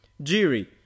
Jiri